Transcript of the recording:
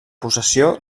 possessió